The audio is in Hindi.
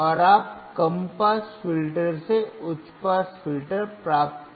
और आप कम पास फिल्टर से उच्च पास फिल्टर प्राप्त कर सकते हैं